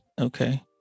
Okay